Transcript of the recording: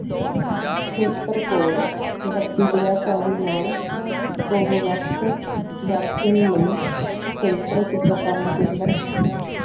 ਖੇਤਰ ਕੋਡ ਬੱਤੀ ਪੰਜਾਬ ਚੌਵੀ ਨਾਲ ਕੋਵੋਵੈਕਸ ਵੈਕਸੀਨ ਲਈ ਫਿਲਟਰ ਟੀਕਾਕਰਨ ਕੇਂਦਰ